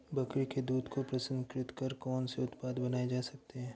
बकरी के दूध को प्रसंस्कृत कर कौन से उत्पाद बनाए जा सकते हैं?